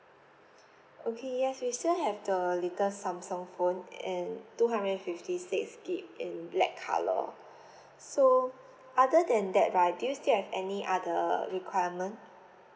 okay yes we still have the latest samsung phone and two hundred and fifty six gig in black colour so other than that right do you still have any other requirement